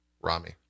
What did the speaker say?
Rami